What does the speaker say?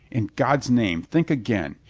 in god's name, think again.